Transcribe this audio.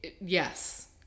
Yes